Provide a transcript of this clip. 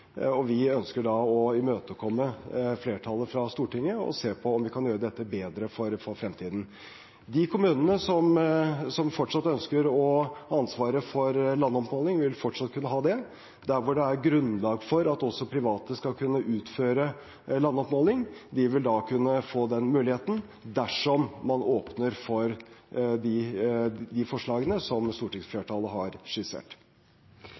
Vi ønsker da å imøtekomme flertallet i Stortinget og se på om vi kan gjøre dette bedre for fremtiden. De kommunene som fortsatt ønsker å ha ansvaret for landoppmåling, vil kunne ha det. Der hvor det er grunnlag for at også private skal kunne utføre landoppmåling, vil de kunne få den muligheten dersom man åpner for de forslagene som stortingsflertallet har skissert.